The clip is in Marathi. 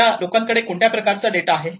त्या लोकांकडे कोणत्या प्रकारचा डेटा आहे